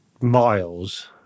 miles